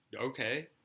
okay